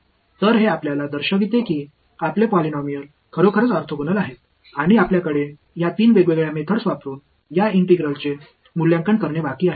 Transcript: तर हे आपल्याला दर्शविते की आपले पॉलिनॉमियल खरोखरच ऑर्थोगोनल आहेत आणि आपल्याकडे या तीन वेगवेगळ्या मेथड्स वापरुन या इंटिग्रलचे मूल्यांकन करणे बाकी आहे